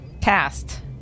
Cast